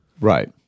Right